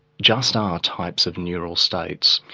just are types of neural states,